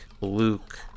Luke